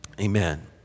Amen